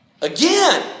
again